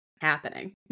happening